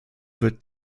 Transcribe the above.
wird